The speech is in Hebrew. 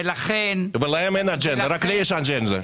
ולכן --- ולהם אין אג'נדה, רק לי יש אג'נדה.